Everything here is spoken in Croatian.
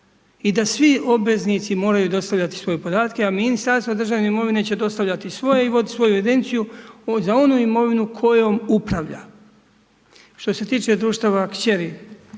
I da svi obveznici moraju dostavljati svoje podatke, a Ministarstvo državne imovine će dostavljati svoje i voditi svoju evidenciju za onom imovinom kojom upravlja. Što se tiče društava kćer,